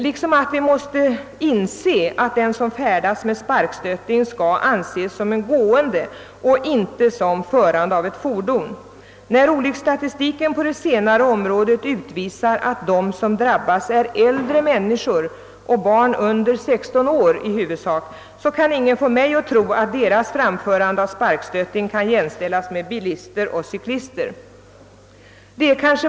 Vi måste också inse att den som färdas med sparkstötting bör betraktas som gående och inte som förare av ett fordon. När olycksfallsstatistiken visar att de sparkstöttingsåkare som råkar ut för olycksfall i huvudsak är äldre och barn under 16 år kan ingen få mig att tro att de bör jämföras med bilister och cyklister.